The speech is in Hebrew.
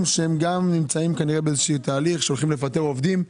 שגם הם נמצאים בתהליך של פיטורי עובדים.